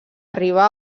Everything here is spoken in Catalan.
arribar